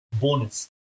bonus